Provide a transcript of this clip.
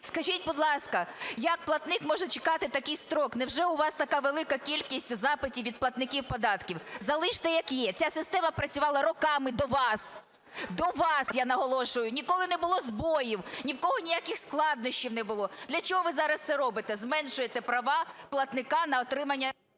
Скажіть, будь ласка, як платник може чекати такий строк? Невже у вас така велика кількість запитів від платників податків? Залиште, як є. Ця система працювала роками до вас, до вас, я наголошую, ніколи не було збоїв, ні в кого ніяких складнощів не було. Для чого ви зараз це робите - зменшуєте права платника на отримання…